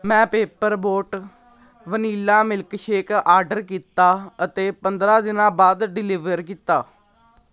ਮੈਂ Paper Boat vanilla milkshake order ਕੀਤਾ ਅਤੇ ਪੰਦਰ੍ਹਾਂ ਦਿਨਾਂ ਬਾਅਦ ਡਿਲੀਵਰ ਕੀਤਾ